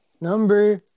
Number